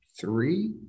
three